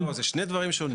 לא, זה שני דברים שונים.